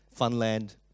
Funland